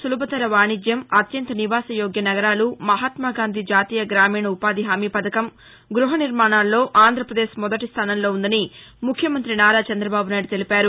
సులభతర వాణిజ్యం అత్యంత నివాసయోగ్య నగరాలు మహాత్మాగాంధీ జాతీయగ్రామీణ ఉపాధి హామీ పధకం గృహనిర్మాణాల్లో ఆంధ్రప్రదేశ్ మొదటిస్టానంలో ఉందని ముఖ్యమంతి నారా చంద్రబాబునాయుడు తెలిపారు